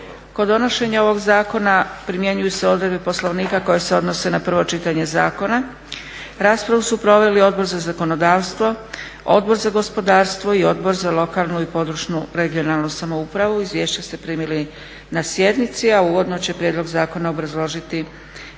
Kod donošenja ovog zakona primjenjuju se odredbe Poslovnika koje se odnose na prvo čitanje zakona. Raspravu su proveli Odbor za zakonodavstvo, Odbor za gospodarstvo i Odbor za lokalnu i područnu (regionalnu) samoupravu. Izvješća ste primili na sjednici, a uvodno će prijedlog zakona obrazložiti ministar